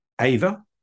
Ava